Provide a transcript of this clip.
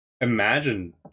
imagine